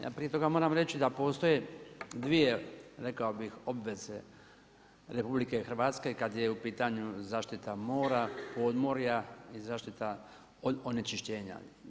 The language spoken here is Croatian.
Ja prije toga moram reći da postoje dvije rekao bih obveze RH kada je u pitanju zaštita mora, podmorja i zaštita od onečišćenja.